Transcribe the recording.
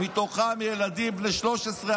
מתוכם ילדים בני 13,